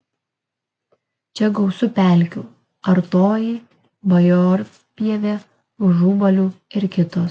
čia gausu pelkių artoji bajorpievė užubalių ir kitos